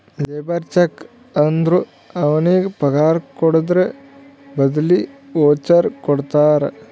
labour cheque ಅಂದುರ್ ಅವ್ರಿಗ ಪಗಾರ್ ಕೊಡದ್ರ್ ಬದ್ಲಿ ವೋಚರ್ ಕೊಡ್ತಾರ